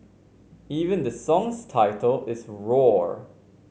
even the song's title is roar